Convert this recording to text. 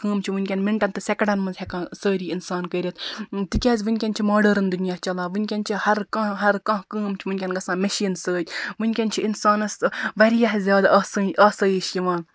چھِ ؤنکٮ۪ن مِنٹَن تہٕ سٮ۪کَنڈَن منٛز ہٮ۪کان سٲری اِنسان کٔرِتھ تِکیازِ ؤنکٮ۪ن چھُ ماڈٲرٕن دُنیا چَلان ؤنکین چھُ ہَر کانہہ ہَر کانہہ کٲم چھُ ؤنکٮ۪ن گژھان مٮ۪شیٖن سۭتۍ ؤنکٮ۪س چھُ اِنسانَس واریاہ زیادٕ آسٲنی آسٲیِش یِوان